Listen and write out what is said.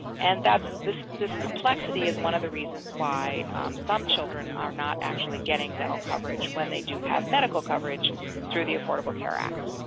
and this this complexity is one of the reasons why some children are not actually getting dental coverage when they do have medical coverage through the affordable care act.